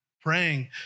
praying